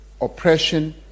oppression